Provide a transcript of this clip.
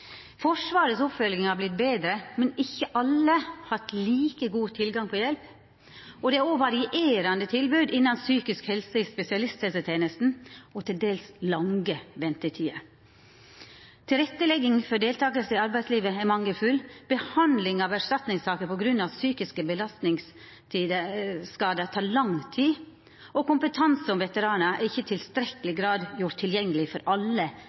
har vorte betre, men ikkje alle har hatt like god tilgang på hjelp. Det er varierande tilbod innan psykisk helse i spesialisthelsetenesta og til dels lange ventetider. Tilrettelegginga for deltaking i arbeidslivet er mangelfull. Behandling av erstatningssaker på grunn av psykiske belastningsskadar tek lang tid. Kompetanse om veteranar er ikkje i tilstrekkeleg grad gjord tilgjengeleg for alle